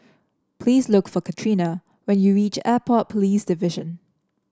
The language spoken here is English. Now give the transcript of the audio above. please look for Katrina when you reach Airport Police Division